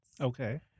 Okay